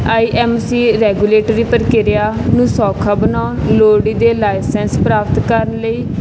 ਆਈ M C regulatory ਪ੍ਰਕਿਰਿਆ ਨੂੰ ਸੌਖਾ ਬਣਾਉਣ ਲੋੜੀਂਦੇ ਲਾਈਸੈਂਸ ਪ੍ਰਾਪਤ ਕਰਨ ਲਈ